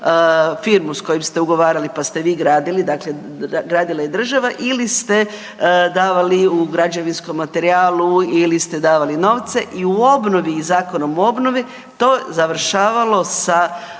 firmu s kojom ste ugovarali pa ste vi gradili, dakle, gradila i država ili ste davali u građevinskom materijalu ili ste davali novce, i u obnovi i Zakonom o obnovi, to završavalo sa